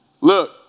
Look